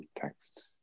text